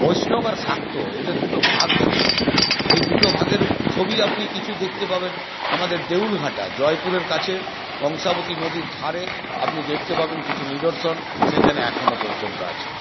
বৈষ্ণব আর শাক্ত এদের দুটো ভাগ ছিল এই দুটো ভাগের ছবি আপনি কিছু দেখতে পাবেন আমাদের দেউলঘাটা জয়পুরের কাছে কংসাবতী নদীর ধারে আপনি দেখতে পাবেন কিছু নিদর্শন সেখানে এখনও পর্যন্ত আছে